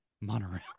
Monorail